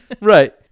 Right